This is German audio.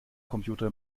computer